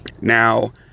Now